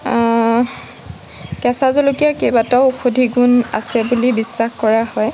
কেঁচা জলকীয়াৰ কেইবাটাও ঔষধি গুণ আছে বুলি বিশ্বাস কৰা হয়